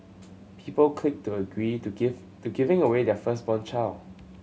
people clicked agree to give to giving away their firstborn child